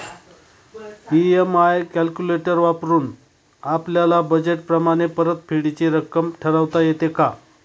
EMI calculator वापरून आपापल्या budget प्रमाणे परतफेडीची रक्कम ठरवता येते का?